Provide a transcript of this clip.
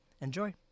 enjoy